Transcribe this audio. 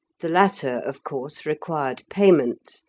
the latter, of course, required payment,